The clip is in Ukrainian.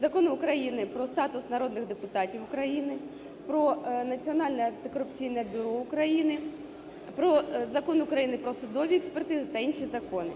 Закон України "Про статус народних депутатів України", "Про Національне антикорупційне бюро України", Закон України про судові експертизи та інші закони.